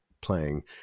playing